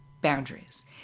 boundaries